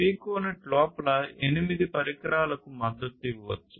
piconet లోపల 8 పరికరాలకు మద్దతు ఇవ్వవచ్చు